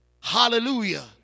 Hallelujah